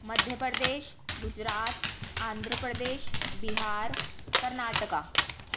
Madhya Pradesh Gujarat Andhra Pradesh Bihar Karnataka